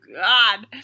God